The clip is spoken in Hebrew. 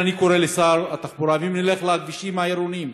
ואם נלך לכבישים העירוניים,